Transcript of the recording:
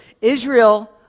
Israel